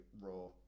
Raw